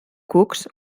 cucs